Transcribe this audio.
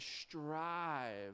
strive